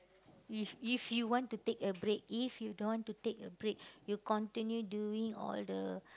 if if you want to take a break if you don't want to take a break you continue doing all the